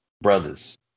brothers